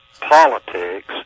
politics